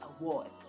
Awards